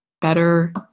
better